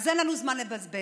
אין לנו זמן לבזבז.